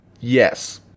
Yes